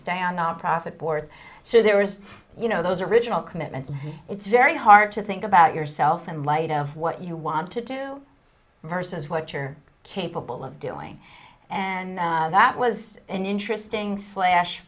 stay on nonprofit boards so there is you know those original commitments it's very hard to think about yourself in light of what you want to do versus what you're capable of doing and that was an interesting slash